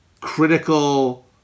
critical